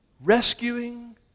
rescuing